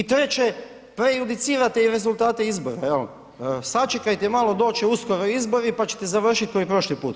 I treće, prejudicirate i rezultate izbora, jel, sačekajte malo, doći će uskoro izbori, pa ćete završit ko i prošli put.